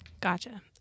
Gotcha